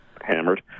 hammered